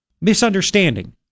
misunderstanding